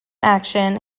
action